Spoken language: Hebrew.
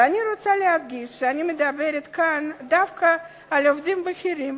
ואני רוצה להדגיש שאני מדברת כאן דווקא על עובדים בכירים.